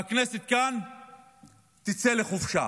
והכנסת כאן תצא לחופשה